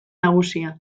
nagusia